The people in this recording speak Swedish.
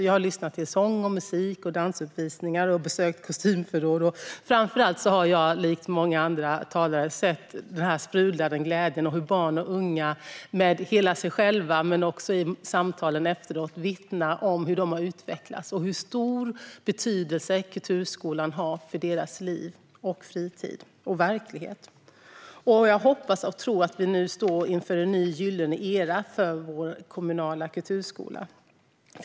Jag har lyssnat till sång och musik, sett dansuppvisningar och besökt kostymförråd. Framför allt har jag, likt många andra talare, sett den sprudlande glädjen och hur barn och unga - både i sig själva och i samtalen efteråt - vittnar om hur de har utvecklats och hur stor betydelse kulturskolan har för deras liv, fritid och verklighet. Jag hoppas och tror att vi nu står inför en ny gyllene era när det gäller vår kommunala kulturskola.